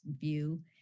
view